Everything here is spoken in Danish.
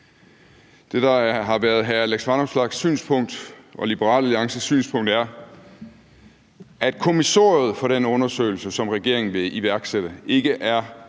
Det, der har været hr. Alex Vanopslaghs synspunkt og Liberal Alliances synspunkt, er, at kommissoriet for den undersøgelse, som regeringen vil iværksætte, ikke er